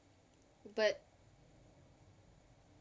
but